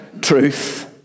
Truth